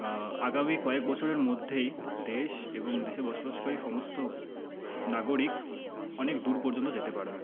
আগামী কয়েক বছরের মধ্যেই দেশ এবং দেশে বসবাসকারী সমস্ত নাগরিক অনেক দূর পর্যন্ত যেতে পারবে